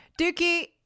Dookie